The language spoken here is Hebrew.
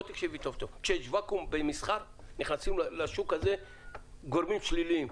תקשיבי טוב-טוב: כשיש ואקום נכנסים לשוק הזה גורמים שליליים.